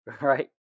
right